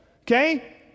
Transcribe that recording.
Okay